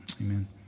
amen